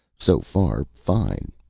so far, fine.